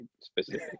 specific